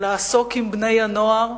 לעסוק עם בני-הנוער.